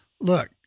look